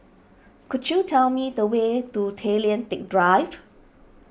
could you tell me the way to Tay Lian Teck Drive